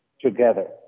together